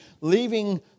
leaving